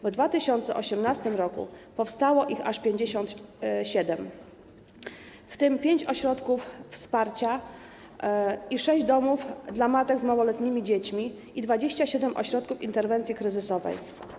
W 2018 r. powstało ich aż 57, w tym pięć ośrodków wsparcia, sześć domów dla matek z małoletnimi dziećmi i 27 ośrodków interwencji kryzysowej.